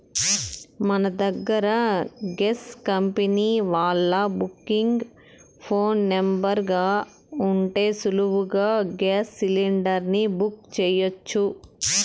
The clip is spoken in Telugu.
మన దగ్గర గేస్ కంపెనీ వాల్ల బుకింగ్ ఫోను నెంబరు గాన ఉంటే సులువుగా గేస్ సిలిండర్ని బుక్ సెయ్యొచ్చు